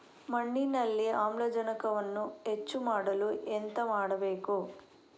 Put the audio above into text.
ಮಣ್ಣಿನಲ್ಲಿ ಆಮ್ಲಜನಕವನ್ನು ಹೆಚ್ಚು ಮಾಡಲು ಎಂತ ಮಾಡಬೇಕು?